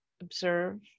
observe